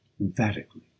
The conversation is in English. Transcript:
emphatically